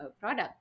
product